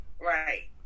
right